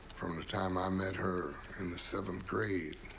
from the time i met her in the seventh grade,